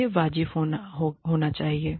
यह वाजिब होना चाहिए